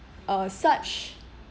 uh such